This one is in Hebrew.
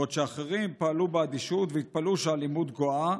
בעוד אחרים פעלו באדישות והתפלאו שהאלימות גואה,